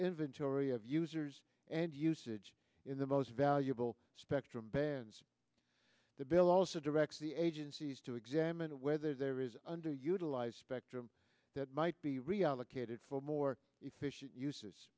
inventory of users and usage in the most valuable spectrum bands the bill also directs the agencies to examine whether there is underutilized spectrum that might be reallocated for more efficient uses